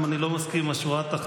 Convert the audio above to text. גם אם אני לא מסכים עם השורה התחתונה.